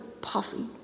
puffy